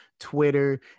twitter